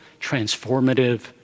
transformative